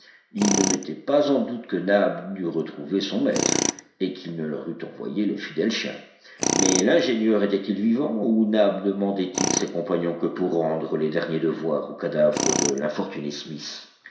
ils ne mettaient pas en doute que nab n'eût retrouvé son maître et qu'il ne leur eût envoyé le fidèle chien mais l'ingénieur était-il vivant ou nab ne mandait il ses compagnons que pour rendre les derniers devoirs au cadavre de l'infortuné smith